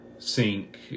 sink